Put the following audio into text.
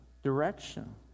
direction